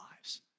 lives